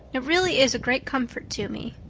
it really is a great comfort to me.